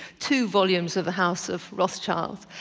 two volumes of the house of rothschild.